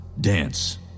dance